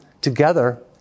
Together